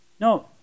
No